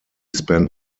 spent